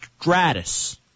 Stratus